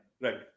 right